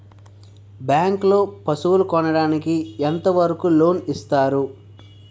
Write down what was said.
Bank లో పశువుల కొనడానికి ఎంత వరకు లోన్ లు ఇస్తారు?